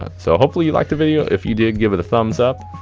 ah so hopefully you liked the video. if you did, give it a thumbs up,